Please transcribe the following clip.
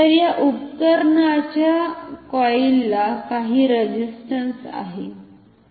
तर या उपकरणाच्या कॉईलला काही रेझिस्टंस आहे